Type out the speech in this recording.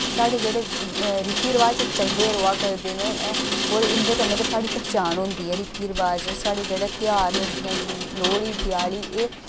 साढ़े जेह्ड़े रीति रवाज एह् चलदे र'वै करदे न और इं'दे कन्नै गै साढ़ी पैह्चान होंदी ऐ रीति रवाज साढ़े जेह्ड़े तेहार न जि'यां लोह्ड़ी देआली एह्